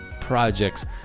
projects